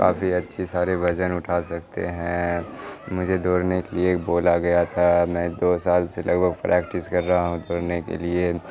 کافی اچھی سارے وزن اٹھا سکتے ہیں مجھے دوڑنے کے لیے ایک بال آ گیا تھا میں دو سال سے لگ بھگ پریکٹس کر رہا ہوں دوڑنے کے لیے